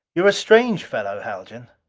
you're a strange fellow, haljan.